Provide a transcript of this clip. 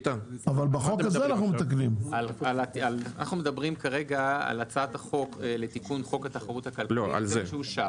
כרגע אנחנו מדברים על הצעת החוק לתיקון חוק התחרות הכלכלית שאושר.